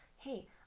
hey